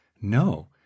No